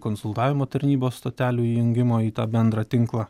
konsultavimo tarnybos stotelių jungimo į tą bendrą tinklą